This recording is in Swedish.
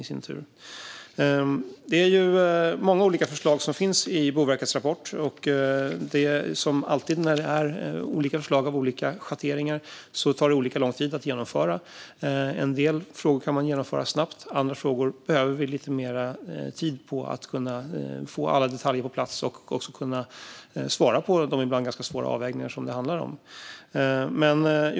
I Boverkets rapport finns många olika förslag, och som alltid när det är förslag av olika schatteringar tar de olika lång tid att genomföra. En del kan vi genomföra snabbt. När det gäller andra behöver vi mer tid för att få alla detaljer på plats och kunna göra de ibland ganska svåra avvägningar det handlar om.